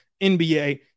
NBA